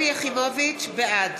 בעד